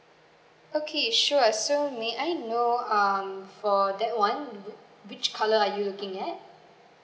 okay sure so may I know um for that one which color are you looking at